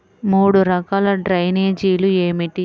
మూడు రకాల డ్రైనేజీలు ఏమిటి?